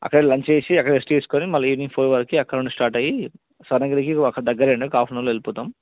అక్కడ లంచ్ చేసి అక్కడ రెస్ట్ తీసుకుని మళ్ళీ ఈవెనింగ్ ఫోర్ వరకు అక్కడ నుండి స్టార్ట్ అయి స్వర్ణగిరికి అక్కడ దగ్గర అండి ఒక హాప్ అన్ అవర్లో వెళ్లిపోతాం